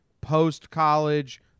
post-college